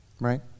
Right